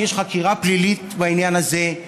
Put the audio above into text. שיש חקירה פלילית בעניין הזה,